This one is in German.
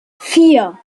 vier